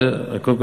קודם כול,